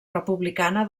republicana